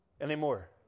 anymore